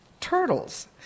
turtles